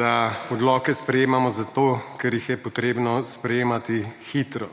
da odloke sprejemamo zato, ker jih je potrebno sprejemati hitro.